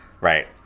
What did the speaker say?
Right